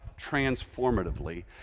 transformatively